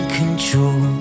control